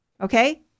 Okay